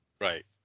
Right